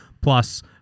Plus